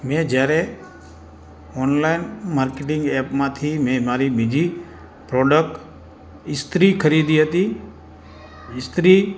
મેં જ્યારે online marketing એપમાંથી મેં મારી નીજી પ્રોડક ઇસ્ત્રી ખરીદી હતી ઇસ્ત્રી